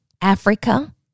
Africa